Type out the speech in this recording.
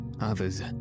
Others